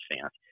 fans